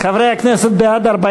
חברי הכנסת, 41 בעד,